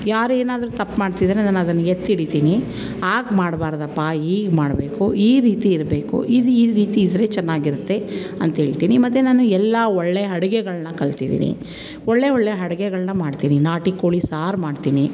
ಯಾರು ಏನಾದರೂ ತಪ್ಪು ಮಾಡ್ತಿದ್ದರೆ ನಾನು ಅದನ್ನ ಎತ್ತಿ ಹಿಡಿತೀನಿ ಆಗ ಮಾಡಬಾರ್ದಪ್ಪಾ ಈಗ ಮಾಡಬೇಕು ಈ ರೀತಿ ಇರಬೇಕು ಇದು ಈ ರೀತಿ ಇದ್ದರೆ ಚೆನ್ನಾಗಿರುತ್ತೆ ಅಂಥೇಳ್ತೀನಿ ಮತ್ತು ನಾನು ಎಲ್ಲ ಒಳ್ಳೆ ಅಡುಗೆಗಳ್ನ ಕಲ್ತಿದ್ದೀನಿ ಒಳ್ಳೆಯ ಒಳ್ಳೆಯ ಅಡುಗೆಗಳ್ನ ಮಾಡ್ತೀನಿ ನಾಟಿ ಕೋಳಿ ಸಾರು ಮಾಡ್ತೀನಿ